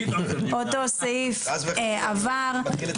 הצבעה אושר הסעיף עבר.